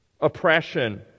oppression